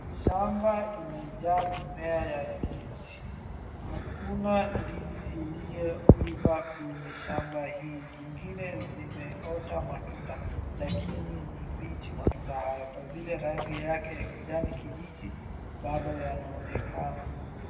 Shamba imejaa mimea ya ndizi, hakuna ndizi iliyoiva kwenye shamba hii, zingine zimeota matunda, lakini ni mbichi matunda hayo kwa vile rangi yake ya kijani kibichi bado yanaonekana.